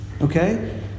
Okay